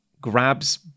grabs